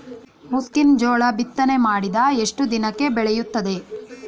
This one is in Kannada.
ಮುಸುಕಿನ ಜೋಳ ಬಿತ್ತನೆ ಮಾಡಿದ ಎಷ್ಟು ದಿನಕ್ಕೆ ಬೆಳೆಯುತ್ತದೆ?